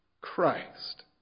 Christ